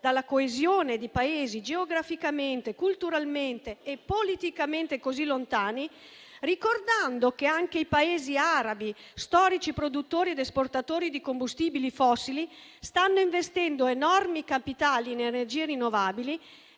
alla coesione di Paesi geograficamente, culturalmente e politicamente così lontani (ricordando che anche i Paesi arabi, storici produttori ed esportatori di combustibili fossili, stanno investendo enormi capitali in energie rinnovabili),